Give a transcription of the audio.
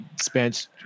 spent